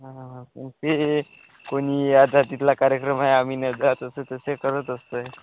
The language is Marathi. हां हां पण ते कोणी या जातीतला कार्यक्रम आहे आम्ही नाही जात असं तसे करत असतं आहे